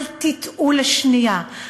אל תטעו לשנייה,